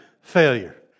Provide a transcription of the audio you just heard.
failure